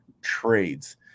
trades